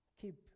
keep